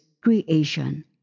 creation